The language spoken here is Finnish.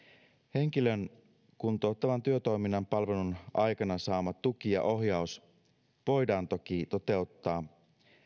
henkilön kuntouttavan työtoiminnan palvelun aikana saama tuki ja ohjaus voidaan toki toteuttaa